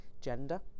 gender